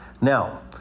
Now